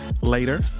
later